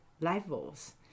levels